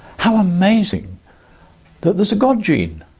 how amazing that there's a god gene.